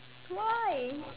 why